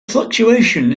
fluctuation